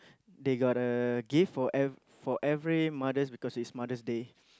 they got uh gift for ev~ for every mothers because it's Mother's Day